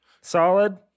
Solid